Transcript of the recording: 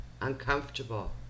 uncomfortable